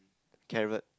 carrot